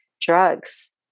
drugs